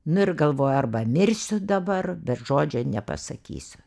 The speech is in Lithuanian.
nu ir galvoju arba mirsiu dabar bet žodžio nepasakysiu